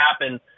happen